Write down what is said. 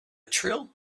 trill